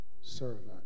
servant